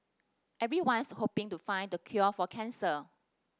everyone's hoping to find the cure for cancer